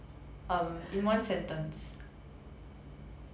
um in one sentence